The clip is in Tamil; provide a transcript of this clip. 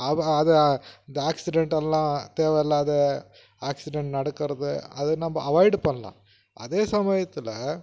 அபு அது இந்த ஆக்சிடெண்ட்டெல்லாம் தேவையில்லாத ஆக்சிடெண்ட் நடக்கிறது அதை நம்ம அவாய்டு பண்ணலாம் அதே சமயத்தில்